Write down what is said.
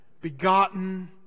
begotten